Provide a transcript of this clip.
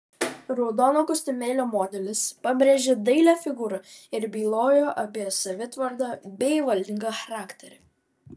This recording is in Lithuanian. raudono kostiumėlio modelis pabrėžė dailią figūrą ir bylojo apie savitvardą bei valdingą charakterį